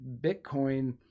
Bitcoin